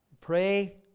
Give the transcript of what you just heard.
Pray